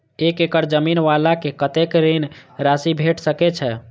एक एकड़ जमीन वाला के कतेक ऋण राशि भेट सकै छै?